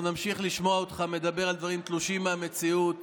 אנחנו נמשיך לשמוע אותך מדבר על דברים תלושים מהמציאות.